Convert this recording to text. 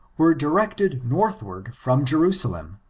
were directed northward from jerusalem,